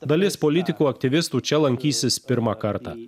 dalis politikų aktyvistų čia lankysis pirmą kartą